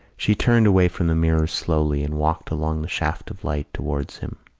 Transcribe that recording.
she turned away from the mirror slowly and walked along the shaft of light towards him.